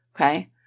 Okay